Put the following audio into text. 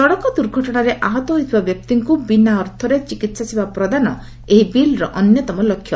ସଡ଼କ ଦୁର୍ଘଟଣାରେ ଆହତ ହୋଇଥିବା ବ୍ୟକ୍ତିଙ୍କୁ ବିନା ଅର୍ଥରେ ଚିକିିି୍ସା ସେବା ପ୍ରଦାନ ଏହି ବିଲ୍ର ଅନ୍ୟତମ ଲକ୍ଷ୍ୟ